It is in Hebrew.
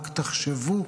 רק תחשבו,